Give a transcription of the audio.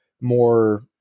more